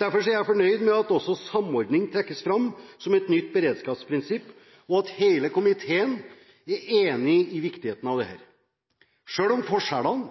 Derfor er jeg fornøyd med at også samordning trekkes fram som et nytt beredskapsprinsipp, og at hele komiteen er enig om viktigheten av dette, selv om forskjellene